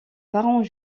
parents